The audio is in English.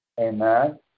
Amen